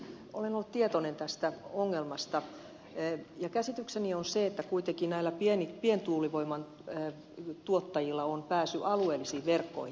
olen ollut tietoinen tästä ongelmasta ja käsitykseni on se että kuitenkin näillä pientuulivoiman tuottajilla on pääsy alueellisiin verkkoihin